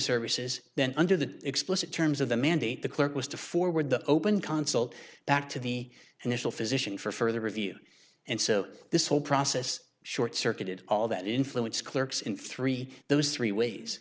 services then under the explicit terms of the mandate the clerk was to forward the open consulate back to the and national physician for further review and so this whole process short circuited all that influence clerks in three those three ways